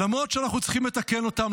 למרות שאנחנו צריכים לתקן אותם,